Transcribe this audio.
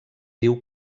diu